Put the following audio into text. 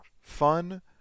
fun